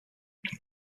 there